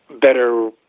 better